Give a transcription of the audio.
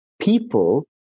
people